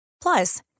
Plus